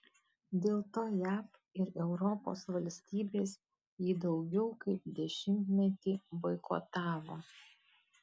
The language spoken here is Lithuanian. dėl to jav ir europos valstybės jį daugiau kaip dešimtmetį boikotavo